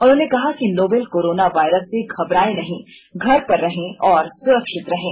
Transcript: उन्होंने कहा कि नोवेल कोरोना वायरस से घबरायें नहीं घर पर रेहें और सुरक्षित रहें